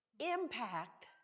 Impact